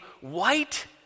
white